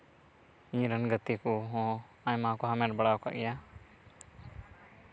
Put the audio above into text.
ᱤᱧ ᱨᱮᱱ ᱜᱟᱛᱮ ᱠᱚᱦᱚᱸ ᱟᱭᱢᱟ ᱠᱚ ᱦᱟᱢᱮᱴ ᱵᱟᱲᱟ ᱠᱟᱜ ᱜᱮᱭᱟ